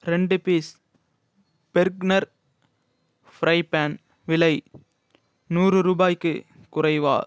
ரெண்டு பீஸ் பெர்க்னர் fry pan விலை நூறு ரூபாய்க்குக் குறைவா